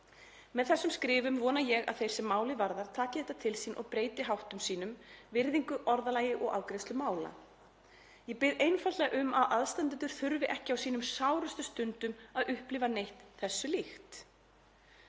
„Með þessum skrifum vona ég að þeir sem málið varðar taki þetta til sín og breyti háttum sínum, virðingu, orðalagi og afgreiðslu mála. Ég bið einfaldlega um að aðstandendur þurfi ekki á sínum sárustu stundum að upplifa neitt þessu líkt.